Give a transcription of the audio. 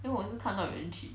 then 我也是看到有人去